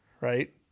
right